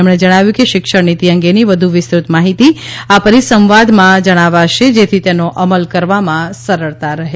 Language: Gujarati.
તેમણે જણાવ્યું કે શિક્ષણનીતિ અંગેની વધુ વિસ્તૃત માફીતી આ પરિસંવાદમાં જણાવાશે જેથી તેનો અમલ કરવામાં સરળતા રહે